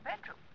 bedroom